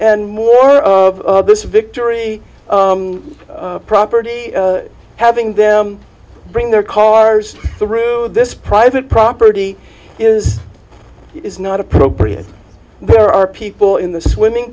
and more of this victory property having them bring their cars through this private property is is not appropriate there are people in the swimming